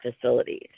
facilities